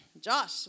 Josh